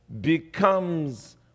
becomes